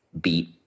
beat